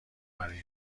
برای